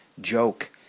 joke